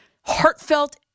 heartfelt